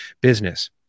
business